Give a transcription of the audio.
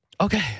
Okay